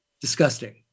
Disgusting